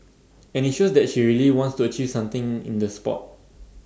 and IT shows that she really wants to achieve something in the Sport